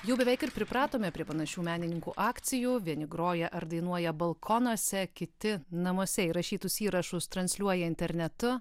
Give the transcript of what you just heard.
jau beveik ir pripratome prie panašių menininkų akcijų vieni groja ar dainuoja balkonuose kiti namuose įrašytus įrašus transliuoja internetu